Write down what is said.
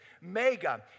MEGA